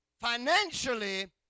financially